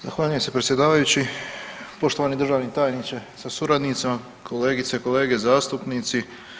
Zahvaljujem se predsjedavajući, poštovani državni tajniče sa suradnicama, kolegice i kolege zastupnici.